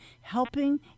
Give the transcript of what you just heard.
helping